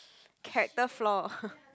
character flaw